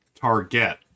Target